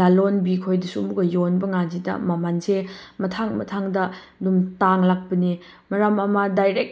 ꯂꯂꯣꯟꯕꯤꯈꯣꯏꯗꯁꯨ ꯑꯃꯨꯛꯀ ꯌꯣꯟꯕꯀꯥꯟꯁꯤꯗ ꯃꯃꯜꯁꯦ ꯃꯊꯡ ꯃꯊꯡꯗ ꯑꯗꯨꯝ ꯇꯥꯡꯂꯛꯄꯅꯦ ꯃꯔꯝ ꯑꯃ ꯗꯥꯏꯔꯦꯛ